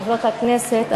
חברות הכנסת,